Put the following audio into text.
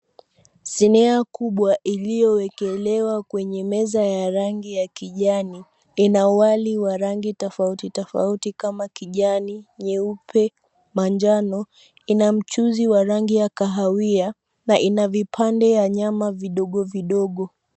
Sinia kubwa iliyowekelewa kwenye meza ya kijani, ina wali wa rangi tofauti tofauti kama kijani, nyeupe, manjano. Ina mchuzi wa rangi ya kahawia na ina vipande ya nyama vidogo vidogo.